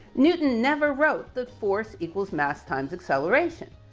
newton never wrote the force equals mass times acceleration.